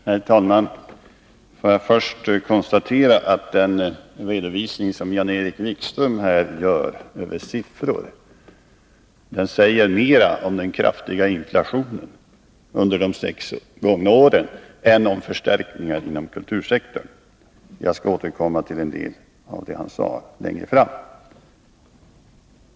Herr talman! Låt mig först konstatera att den redovisning av siffror som Jan-Erik Wikström här gjorde säger mera om den kraftiga inflationen under de sex gångna åren än om förstärkningar inom kultursektorn. Jag skall längre fram återkomma till en del av det han sade.